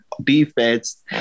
defense